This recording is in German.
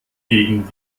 gegen